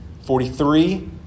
forty-three